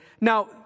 Now